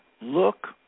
Look